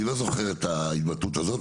אני לא זוכר את ההתבטאות הזאת,